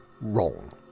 wrong